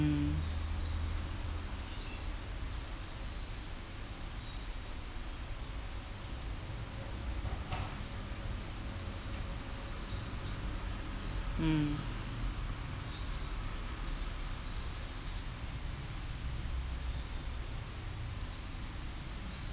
mm mm